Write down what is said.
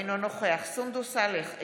אינו נוכח סונדוס סאלח,